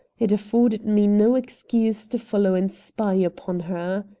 it afforded me no excuse to follow and spy upon her.